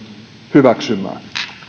hyväksymää